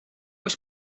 oes